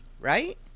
right